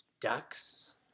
ducks